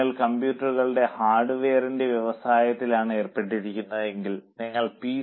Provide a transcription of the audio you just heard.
നിങ്ങൾ കമ്പ്യൂട്ടറുകളുടെ ഹാർഡ്വെയറിന്റെ വ്യവസായത്തിലാണ് ഏർപ്പെട്ടിരിക്കുന്നതെങ്കിൽ നിങ്ങൾ പി